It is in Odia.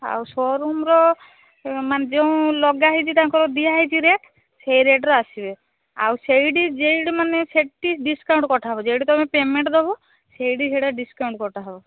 ଆଉ ସୋରୁମ୍ ର ମାନେ ଯେଉଁ ଲଗାହେଇଛି ତାଙ୍କର ଦିଆହେଇଛି ରେଟ୍ ସେ ରେଟ୍ ର ଆସିବ ଆଉ ସେଇଠି ଯେଇଟି ମାନେ ସେଠି ଡିସକାଉଣ୍ଟ କଟାହେବ ଯେଇଟି ତମେ ପ୍ୟାମେଣ୍ଟ୍ ଦବ ସେଇଠି ସେଟା ଡିସକାଉଣ୍ଟ କଟାହେବ